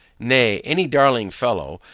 nay, any daring fellow,